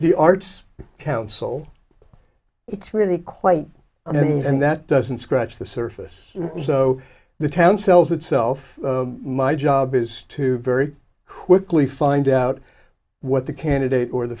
the arts council it's really quite a means and that doesn't scratch the surface so the town sells itself my job is to very quickly find out what the candidate or the